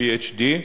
PhD,